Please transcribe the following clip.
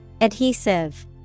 Adhesive